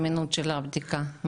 האמינות של הבדיקה היא 90 אחוז בערך.